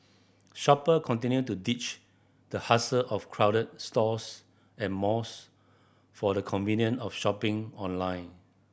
shopper continue to ditch the hassle of crowded stores and malls for the convenience of shopping online